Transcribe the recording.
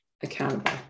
accountable